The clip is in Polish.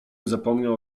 zapomniał